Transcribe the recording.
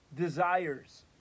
desires